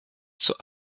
zur